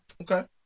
Okay